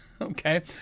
Okay